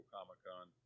Comic-Con